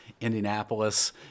Indianapolis